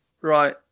Right